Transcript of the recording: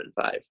five